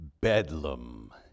Bedlam